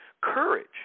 Courage